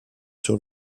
sur